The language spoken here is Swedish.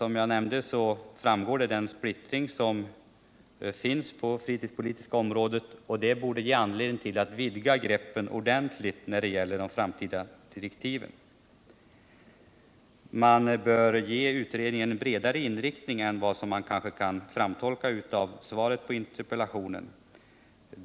Det förekommer, som jag nämnde, en splittring på det fritidspolitiska området, som borde föranleda en ordentlig vidgning av direktiven för utredningens framtida arbete. Man bör ge utredningen en bredare inriktning än vad som kan utläsas av svaret på interpellationen.